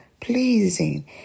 pleasing